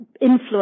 influence